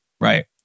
Right